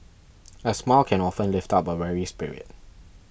a smile can often lift up a weary spirit